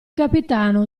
capitano